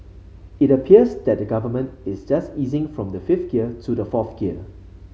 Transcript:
it appears that the Government is just easing from the fifth gear to the fourth gear